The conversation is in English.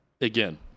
again